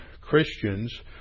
Christians